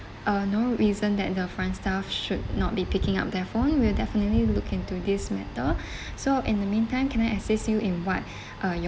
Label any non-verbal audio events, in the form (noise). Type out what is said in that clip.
uh no reason that the front staff should not be picking up the phone we'll definitely look into this matter (breath) so in the meantime can I assist you in what (breath) uh your